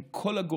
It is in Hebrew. עם כל הגורמים,